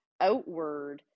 outward